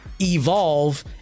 evolve